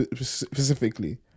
specifically